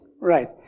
right